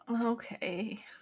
Okay